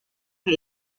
que